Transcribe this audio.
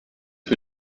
für